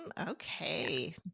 Okay